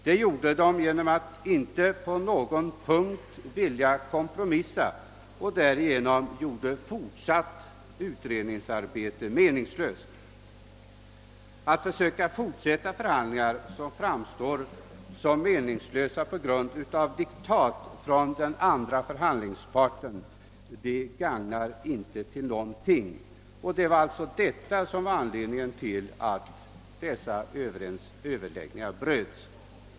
De gjorde detta genom att inte på någon punkt vilja kompromissa, varigenom fortsatt utredningsarbete blev meningslöst. Att försöka fortsätta förhandlingar, som framstår som meningslösa på grund av diktat från den andra förhandlingsparten, tjänar inte någonting till. Detta var alltså anledningen till att dessa överläggningar avbröts.